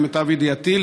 למיטב ידיעתי,